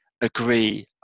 agree